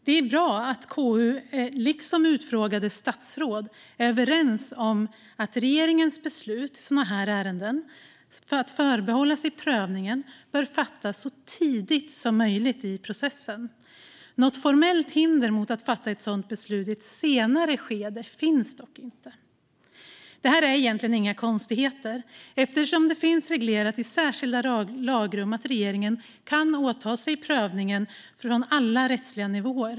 Det är bra att KU, liksom utfrågade statsråd, är överens om att regeringens beslut att i sådana här ärenden förbehålla sig prövningen bör fattas så tidigt som möjligt i processen. Något formellt hinder mot att fatta ett sådant beslut i ett senare skede finns dock inte. Det här är egentligen inga konstigheter, eftersom det finns reglerat i särskilda lagrum att regeringen kan åta sig prövningen från alla rättsliga nivåer.